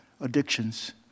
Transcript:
addictions